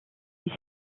ils